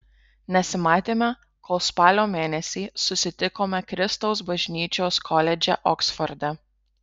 nesimatėme kol spalio mėnesį susitikome kristaus bažnyčios koledže oksforde